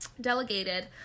delegated